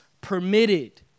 permitted